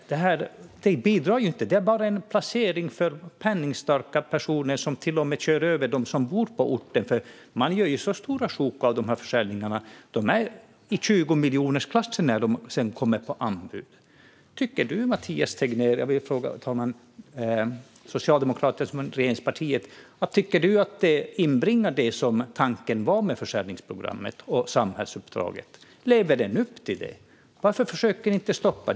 Det här betyder ingenting för utvecklingen, utan det är bara en placering för penningstarka personer som till och med kör över dem som bor på orten. Försäljningarna görs i stora sjok; de är i tjugomiljonersklassen när det blir anbud. Herr talman! Jag vill fråga Mathias Tegnér från regeringspartiet Socialdemokraterna: Tycker du att detta inbringar det som tanken var med försäljningsprogrammet och samhällsuppdraget? Lever programmet upp till detta? Varför försöker ni inte stoppa det här?